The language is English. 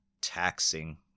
taxing